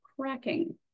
cracking